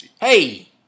Hey